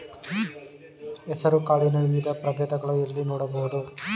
ಹೆಸರು ಕಾಳಿನ ವಿವಿಧ ಪ್ರಭೇದಗಳನ್ನು ಎಲ್ಲಿ ನೋಡಬಹುದು?